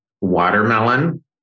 watermelon